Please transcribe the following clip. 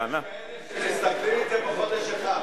יש כאלה שמשתכרים את זה בחודש אחד.